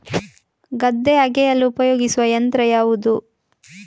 ಗದ್ದೆ ಅಗೆಯಲು ಉಪಯೋಗಿಸುವ ಯಂತ್ರ ಯಾವುದು?